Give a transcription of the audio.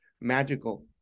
magical